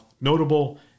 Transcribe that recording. Notable